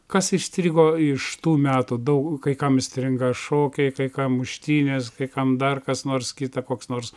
kas įstrigo iš tų metų dau kai kam įstringa šokiai kai kam muštynės kai kam dar kas nors kita koks nors